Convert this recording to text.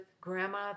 Grandma